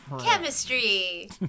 Chemistry